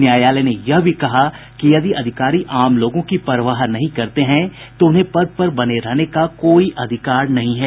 न्यायालय ने यह भी कहा कि यदि अधिकारी आम लोगों की परवाह नहीं करते हैं तो उन्हें पद पर बने रहने का कोई अधिकार नहीं है